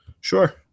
Sure